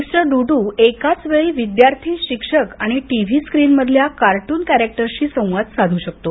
mister डूडू एकाच वेळी विद्यार्थी शिक्षक आणि टीव्ही स्क्रीन मधील कार्ट्न कॅरेक्टरशी संवाद साध् शकतो